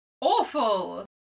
Awful